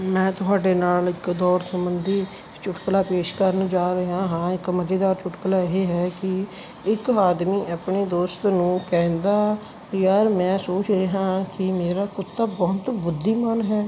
ਮੈਂ ਤੁਹਾਡੇ ਨਾਲ ਇੱਕ ਦੋਸਤ ਸੰਬੰਧੀ ਚੁਟਕਲਾ ਪੇਸ਼ ਕਰਨ ਜਾ ਰਿਹਾ ਹਾਂ ਇੱਕ ਮਜ਼ੇਦਾਰ ਚੁਟਕੁਲਾ ਇਹ ਹੈ ਕਿ ਇੱਕ ਆਦਮੀ ਆਪਣੇ ਦੋਸਤ ਨੂੰ ਕਹਿੰਦਾ ਯਾਰ ਮੈਂ ਸੋਚ ਰਿਹਾ ਕਿ ਮੇਰਾ ਕੁੱਤਾ ਬਹੁਤ ਬੁੱਧੀਮਾਨ ਹੈ